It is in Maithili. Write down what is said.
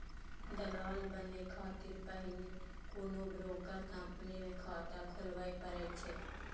दलाल बनै खातिर पहिने कोनो ब्रोकर कंपनी मे खाता खोलबय पड़ै छै